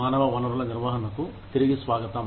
మానవ వనరుల నిర్వహణకు తిరిగి స్వాగతం